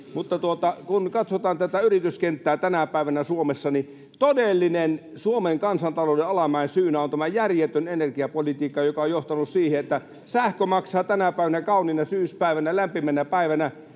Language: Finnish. Kun katsotaan tätä yrityskenttää tänä päivänä Suomessa, niin todellisena Suomen kansantalouden alamäen syynä on tämä järjetön energiapolitiikka, joka on johtanut siihen, että sähkö maksaa tänä päivänä, kauniina syyspäivänä, lämpimänä päivänä,